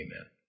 Amen